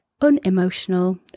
unemotional